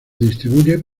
distribuye